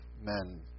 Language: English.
men